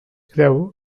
creu